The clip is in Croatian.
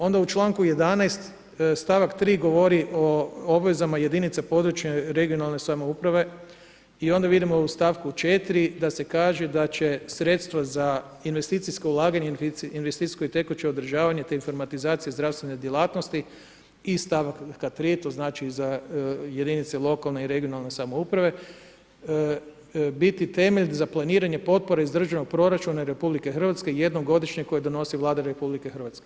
Onda u čl. 11. stavak 3 govori o obvezama jedinica područje regionalne samouprave i onda vidimo u stavku 4 da se kaže da će sredstvo za investicijsko ulaganje, za investicijsko i tekuće održavanje, te informatizacije zdravstvene djelatnosti iz stavka 3 to znači za jedinice lokalne i regionalne samouprave, biti temelj za planiranje potpore iz državnog proračuna RH jednom godišnje koje donosi Vlada RH.